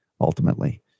ultimately